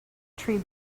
tree